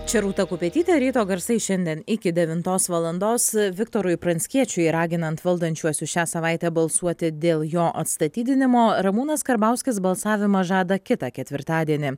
čia rūta kupetytė ryto garsai šiandien iki devintos valandos viktorui pranckiečiui raginant valdančiuosius šią savaitę balsuoti dėl jo atstatydinimo ramūnas karbauskis balsavimą žada kitą ketvirtadienį